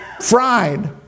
fried